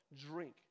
Drink